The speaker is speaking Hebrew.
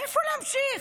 מאיפה להמשיך?